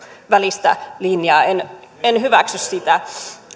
välistä linjaa en en hyväksy sitä